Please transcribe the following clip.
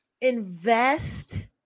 Invest